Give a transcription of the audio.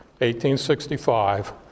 1865